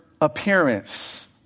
appearance